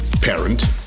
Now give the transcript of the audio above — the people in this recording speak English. parent